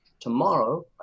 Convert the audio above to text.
tomorrow